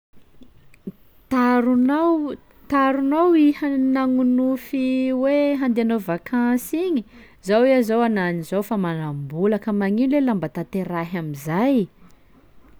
"Taronao taronao iha nagnonofy hoe handeha hanao vakansy igny? Zao iha zao anà an'izao fa manam-bola ka magnino ley la mba tanterahy am'izay?"